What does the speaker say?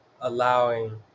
allowing